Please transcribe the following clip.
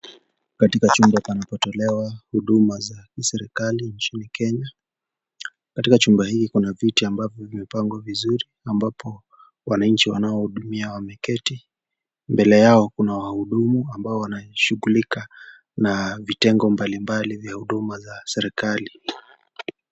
Katika chumba panapotolewa huduma za kiserikali nchini Kenya katika chumba hii kuna viti ambavyo vimepangwa vizuri ambapo wananchi wanao hudumiwa wameketi mbele yao kuna wahudumu ambao wanashughulika na vitengo mbali mbali vya huduma za serikali.